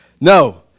No